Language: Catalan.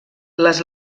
les